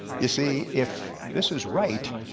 you see if this is right,